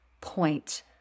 point